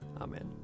Amen